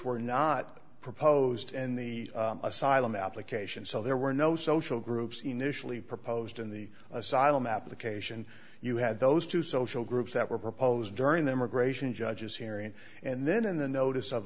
were not proposed and the asylum application so there were no social groups initially proposed in the asylum application you had those two social groups that were proposed during the immigration judges hearing and then in the notice of